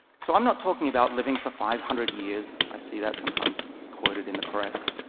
so, i am not talking about living for five hundred years. i see that sometimes quoted in the press.